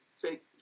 fake